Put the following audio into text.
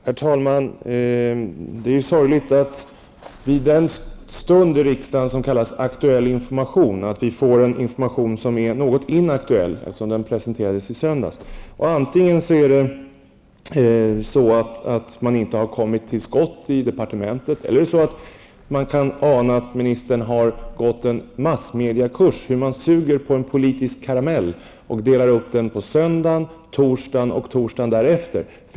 Herr talman! Det är sorgligt att vi vid den stund i riksdagen som kallas Aktuell information får en information som är något inaktuell. Den presenterades ju i söndags. Antingen har man inte kommit till skott i departementet, eller så kan man ana att ministern har gått en massmediekurs: ''Hur man suger på en politisk karamell''. Man delar upp den på söndagen, torsdagen och torsdagen därefter.